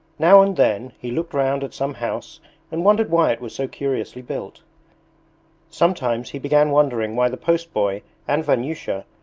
now and then he looked round at some house and wondered why it was so curiously built sometimes he began wondering why the post-boy and vanyusha,